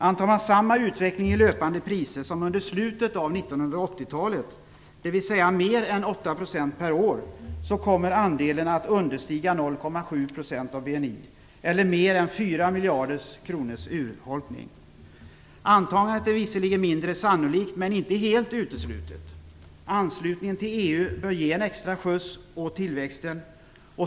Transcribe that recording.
Antar man samma utveckling i löpande priser som under slutet av 1980-talet, dvs. mer än 8 % per år kommer andelen att understiga 0,7 % av BNI eller mer än 4 miljarder kronors urholkning. Antagandet är visserligen mindre sannolikt men inte helt uteslutet. Anslutningen till EU bör ge en extra skjuts åt tillväxten.